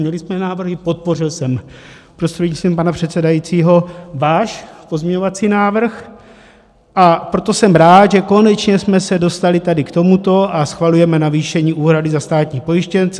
Měli jsme návrhy, podpořil jsem prostřednictvím pana předsedajícího váš pozměňovací návrh, a proto jsem rád, že konečně jsme se dostali tady k tomuto a schvalujeme navýšení úhrady za státní pojištěnce.